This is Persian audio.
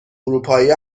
اروپایی